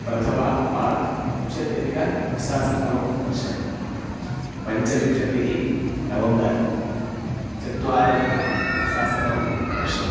प्रथमं मार्च् विंशत्यधिकद्विसहस्रतमं वर्षं पञ्चविंशतिः नवम्बर् चत्वारधिकद्विसहस्रतमं वर्षम्